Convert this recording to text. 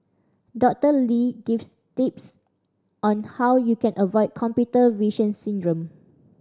Doctor Lee gives tips on how you can avoid computer vision syndrome